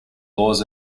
laws